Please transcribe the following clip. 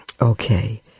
Okay